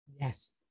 Yes